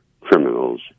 criminals